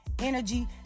energy